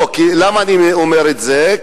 לא, למה אני אומר את זה?